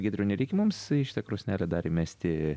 giedriau nereikia mums į šitą krosnelę dar įmesti